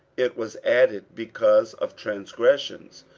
it was added because of transgressions,